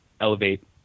elevate